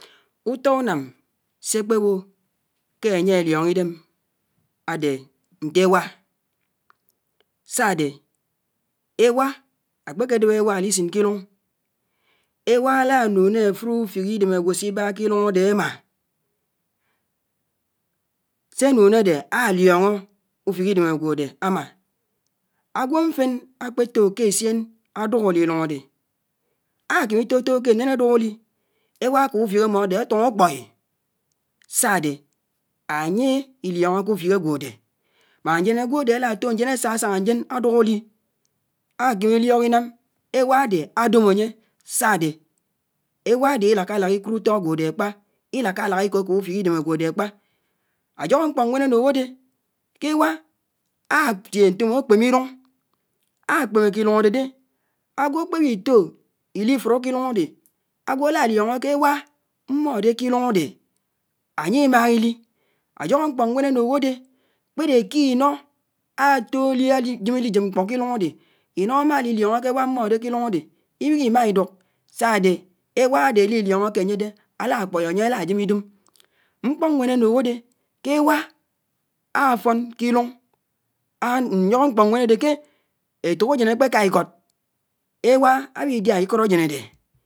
Ùtó ùnám sékpéwò ké ányé á líóñó ídém ádé ñté éwá, sádé éwá, ákpéké déb éwá álísin kilùñ, éwá álá nùnò ófùrò ùfík ìdém ágwò síbá kiluñ ádé ámá, sé ánùné ádé álíóñó ùfik ìdém ágwòdé ámá, ágwòmfén ákpětò k‘éssién ádùk álí ilùñ ádé ákémí tòtò kénén ádùk álí, éwá ákòb ùfók ágwòde mámá ñjén ágwòdé álátò ñjén ásásáñá ñjén ádùk àlí ákimílíók ínám éwádé ádòm ányé sádé éwádé ílákálák íkùd ùtó ágwòdé ákpá, ílákálák íkòb ùfik ídém ágwòdé ákpá, ájóhó mkpó nwén ánùhó ádé kéwa átié ñtóm ákpémé irùñ, ákpéméke itmrùñ ádédé! Ágwò ákpéwitò ílífuró kílùñ ádé àgwò álá lióñó kéwá mmódé kilùñ ádé ányímáhá ílí, ájóhó mkpó nwén ánùhó dé, kpéré kinó átòli álíjém ílíjém ílijíb mkpó kilùñ ádé, ínó ámáli líoñó kéwá mmòdé kilùñ ádé íwíhí ímá ídùk sádé éwádé lílióñóké ányédé álá kpói ányé álájém idòm, mkpó ñwén ánùhó dé kéwá áfón kilùñ ñjógó mkpó ñwén ádé ké éfòk ájén ákpéká íkód, éwá áwí díá íkód ájén ádé.